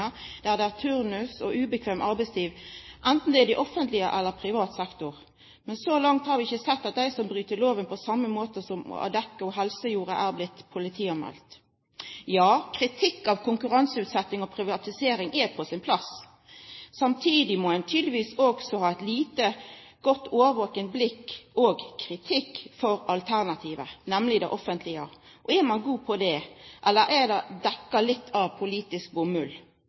der det er turnus og ubekvem arbeidstid, enten det er i offentlig eller i privat sektor. Men så langt har vi ikke sett at de som bryter loven på samme måte som Adecco Helse gjorde, er blitt politianmeldt. Kritikk av konkurranseutsetting og privatisering er på sin plass. Samtidig må en tydeligvis også ha et like årvåkent blikk for og en kritikk av alternativet, nemlig det offentlige. Er man god på det, eller er dette litt dekket av politisk